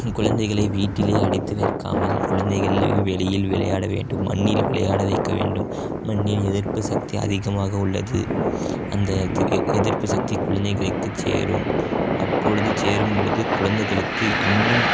குழந்தைகளை வீட்டிலேயே அடைத்து வைக்காமல் குழந்தைகள் வெளியில் விளையாட வேண்டும் மண்ணில் விளையாட வைக்க வேண்டும் மண்ணில் எதிர்ப்பு சக்தி அதிகமாக உள்ளது அந்த எதிர்ப்பு சக்தி குழந்தைகளுக்கு சேரும் அப்பொழுது சேரும்பொழுது குழந்தைகளுக்கு இன்னும்